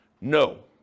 No